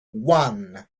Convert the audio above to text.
one